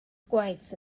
gwaith